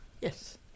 yes